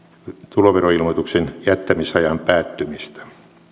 tuloveroilmoituksen jättämisajan päättymistä